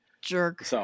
Jerk